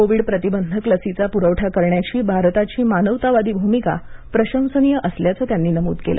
Covid प्रतिबंधक लसीचा पुरवठा करण्याची भारताची मानवतावादी भूमिका प्रशंसनीय असल्याचं त्यांनी नमूद केलं